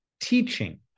teaching